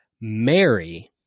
Mary